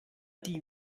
die